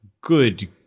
Good